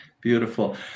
Beautiful